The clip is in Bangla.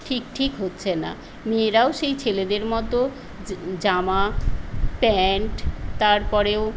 ঠিক ঠিক হচ্ছে না মেয়েরাও সেই ছেলেদের মতো জামা প্যান্ট তারপরেও